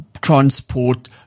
transport